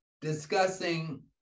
discussing